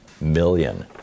million